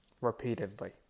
Repeatedly